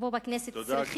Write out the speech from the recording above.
ופה בכנסת צריך